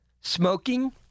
smoking